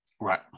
Right